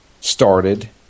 started